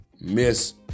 miss